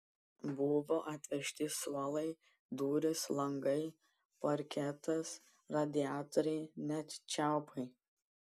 buvo atvežti suolai durys langai parketas radiatoriai net čiaupai